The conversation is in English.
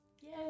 Yay